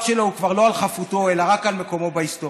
שלו הוא כבר לא על חפותו אלא רק על מקומו בהיסטוריה.